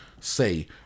say